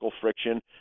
friction